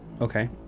Okay